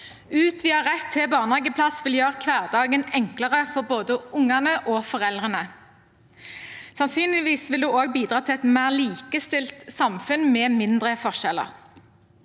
Utvidet rett til barnehageplass ville gjøre hverdagen enklere for både ungene og foreldrene. Sannsynligvis ville det også bidra til et mer likestilt samfunn med mindre forskjeller.